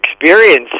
experience